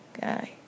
guy